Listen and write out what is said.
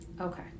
Okay